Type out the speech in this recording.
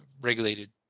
regulated